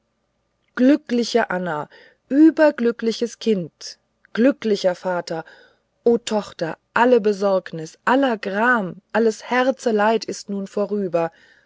glückliche anna überglückliches kind glücklicher vater o tochter alle besorgnis aller gram alles herzeleid ist nun vorüber